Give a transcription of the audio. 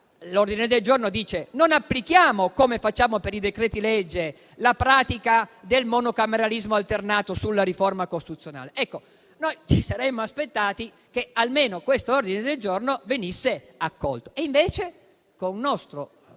l'ordine del giorno propone di non applicare, come si fa per i decreti-legge, la pratica del monocameralismo alternato sulla riforma costituzionale. Noi ci saremmo aspettati che almeno questo ordine del giorno venisse accolto, mentre, con nostro